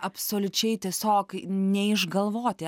absoliučiai tiesiog neišgalvoti